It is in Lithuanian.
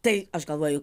tai aš galvoju